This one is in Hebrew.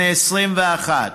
בני 21,